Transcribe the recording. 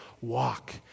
Walk